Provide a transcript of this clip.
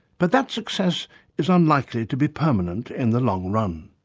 but that success is unlikely to be permanent in the long run.